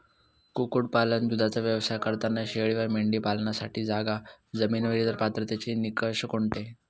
कुक्कुटपालन, दूधाचा व्यवसाय करताना शेळी व मेंढी पालनासाठी जागा, जमीन व इतर पात्रतेचे निकष कोणते?